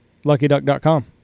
LuckyDuck.com